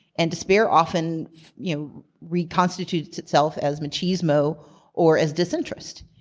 and despair often you know reconstitutes itself as machismo or as disinterest.